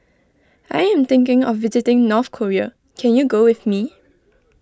I am thinking of visiting North Korea can you go with me